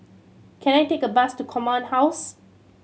can I take a bus to Command House